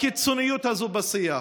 לקיצוניות הזאת בשיח,